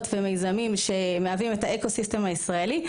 ומיזמים שמהווים את האקו סיסטם הישראלי.